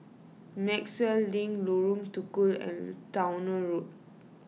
Maxwell Link Lorong Tukol and Towner Road